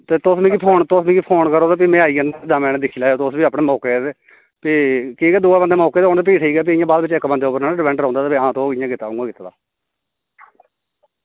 ते तुस मिगी फोन करो ते में आई जन्ना ते दमैं जनें दिक्खी लैयो तुस बी मौके दे ते की के दोऐ बंदे मौके दे होन ते ठीक ऐ नेईं तां बाद बिच दूऐ बंदे उप्पर डिपैंड नेईं ना रौहंदा कि तोह् इंया कीता उआं कीता